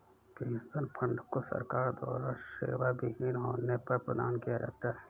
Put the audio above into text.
pension fund को सरकार द्वारा सेवाविहीन होने पर प्रदान किया जाता है